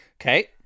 okay